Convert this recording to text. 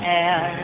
air